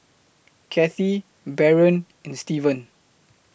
Cathey Barron and Steven